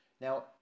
Now